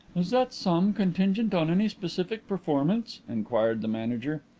is that sum contingent on any specific performance? inquired the manager.